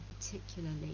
particularly